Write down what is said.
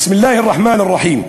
בסם אללה א-רחמאן א-רחים,